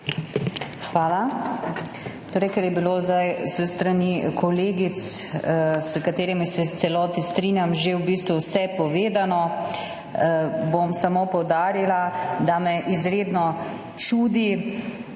Hvala. Ker je bilo zdaj s strani kolegic, s katerimi se v celoti strinjam, že v bistvu vse povedano, bom samo poudarila, da me izredno čudi,